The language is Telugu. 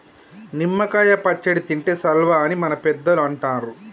నిమ్మ కాయ పచ్చడి తింటే సల్వా అని మన పెద్దలు అంటరు